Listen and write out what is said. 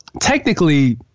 technically